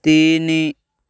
ତିନି